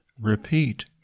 repeat